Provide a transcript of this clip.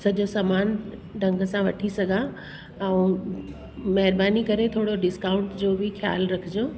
सॼो समान ढंग सां वठी सघां ऐं महिरबानी करे थोरो डिस्काउट जो इ ख़याल रखिजो